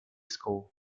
score